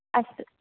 अस्तु